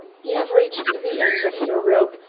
you have reached the end of your rope,